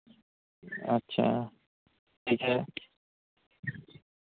अच्छा ठीक है